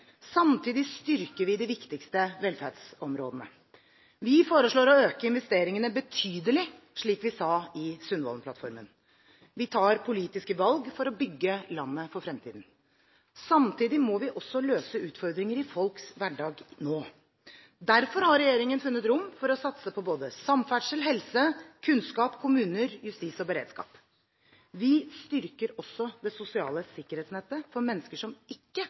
Samtidig styrker vi de viktigste velferdsområdene. Vi foreslår å øke investeringene betydelig, slik vi sa i Sundvolden-plattformen. Vi tar politiske valg for å bygge landet for fremtiden. Samtidig må vi også løse utfordringer i folks hverdag nå. Derfor har regjeringen funnet rom for å satse på både samferdsel, helse, kunnskap, kommuner, justis og beredskap. Vi styrker også det sosiale sikkerhetsnettet for mennesker som ikke